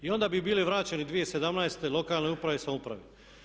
I onda bi bili vraćeni 2017. lokalnoj upravi i samoupravi.